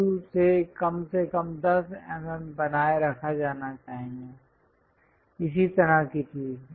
view से कम से कम 10 mm बनाए रखा जाना चाहिए इस तरह की चीज